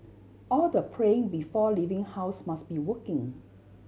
all the praying before leaving house must be working